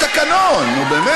חבר'ה, יש תקנון, נו, באמת.